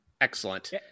Excellent